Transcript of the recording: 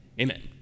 amen